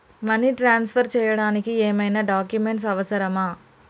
Money transfer చేయడానికి ఏమైనా documents అవసరమా?